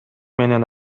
менен